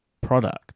product